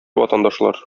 ватандашлар